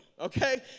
okay